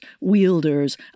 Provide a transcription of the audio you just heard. wielders